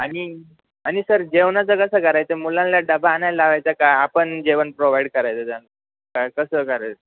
आणि आणि सर जेवणाचं कसं करायचं मुलांला डबा आणायला लावायचा का आपण जेवण प्रोवाईड करायचं त्याचं करायचं